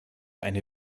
eine